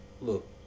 look